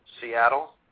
Seattle